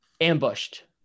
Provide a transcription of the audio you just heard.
ambushed